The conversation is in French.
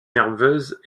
nerveuses